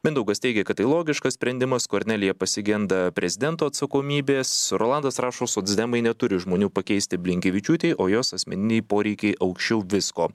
mindaugas teigia kad tai logiškas sprendimas kornelija pasigenda prezidento atsakomybės rolandas rašo socdemai neturi žmonių pakeisti blinkevičiūtei o jos asmeniniai poreikiai aukščiau visko